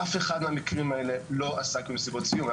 אף אחד מהמקרים האלה לא עסק במסיבת סיום.